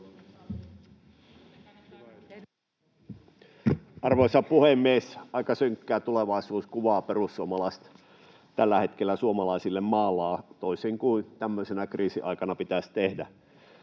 Arvoisa puhemies! Aika synkkää tulevaisuuskuvaa perussuomalaiset tällä hetkellä suomalaisille maalaavat, toisin kuin tämmöisenä kriisin aikana pitäisi tehdä.